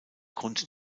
grund